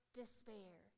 despair